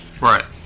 Right